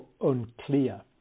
unclear